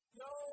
no